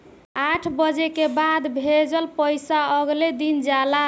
आठ बजे के बाद भेजल पइसा अगले दिन जाला